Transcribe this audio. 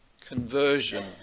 conversion